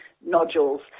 nodules